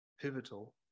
pivotal